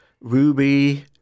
Ruby